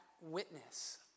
witness